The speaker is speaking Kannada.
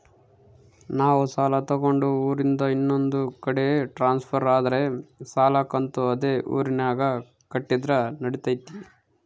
ನಾವು ಸಾಲ ತಗೊಂಡು ಊರಿಂದ ಇನ್ನೊಂದು ಕಡೆ ಟ್ರಾನ್ಸ್ಫರ್ ಆದರೆ ಸಾಲ ಕಂತು ಅದೇ ಊರಿನಾಗ ಕಟ್ಟಿದ್ರ ನಡಿತೈತಿ?